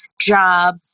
job